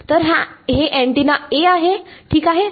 तर हे antenna A आहे ठीक आहे